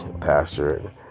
pastor